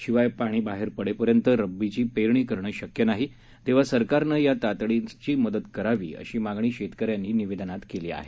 शिवाय पाणी बाहेर पडेपर्यंत रब्बाची पेरणी करणं शक्य नाही तेव्हा सरकारनं या तातडीनं मदत करावी अशी मागणी शेतकऱ्यांनी निवेदनात केली आहे